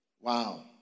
Wow